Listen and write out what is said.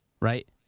right